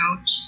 out